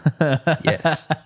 Yes